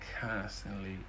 constantly